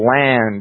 land